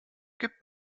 gibt